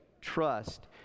trust